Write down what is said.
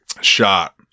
shot